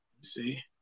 see